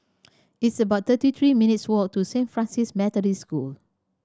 it's about thirty three minutes' walk to Saint Francis Methodist School